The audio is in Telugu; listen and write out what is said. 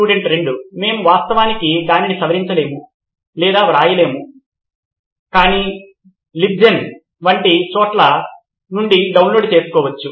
స్టూడెంట్ 2 మేము వాస్తవానికి దానిని సవరించలేము లేదా వ్రాయలేము కాని లిబ్జెన్ వంటి చోట్ల నుండి డౌన్లోడ్ చేసుకోవచ్చు